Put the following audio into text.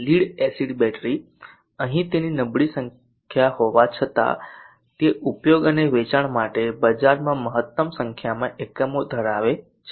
lead acid battery અહીં તેની નબળી સંખ્યા હોવા છતાં તે ઉપયોગ અને વેચાણ માટે બજારમાં મહત્તમ સંખ્યામાં એકમો ધરાવે છે